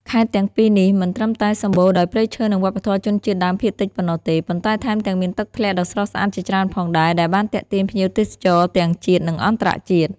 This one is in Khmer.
ខេត្តទាំងពីរនេះមិនត្រឹមតែសម្បូរដោយព្រៃឈើ និងវប្បធម៌ជនជាតិដើមភាគតិចប៉ុណ្ណោះទេ ប៉ុន្តែថែមទាំងមានទឹកធ្លាក់ដ៏ស្រស់ស្អាតជាច្រើនផងដែរ ដែលបានទាក់ទាញភ្ញៀវទេសចរទាំងជាតិ និងអន្តរជាតិ។